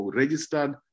registered